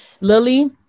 Lily